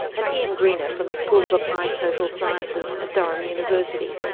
and ian greener from the school of applied social sciences at durham university.